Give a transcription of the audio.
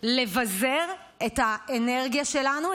לבזר את האנרגיה שלנו,